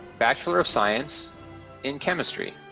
bachelor of science in chemistry.